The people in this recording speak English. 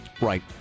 Right